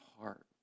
heart